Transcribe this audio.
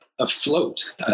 afloat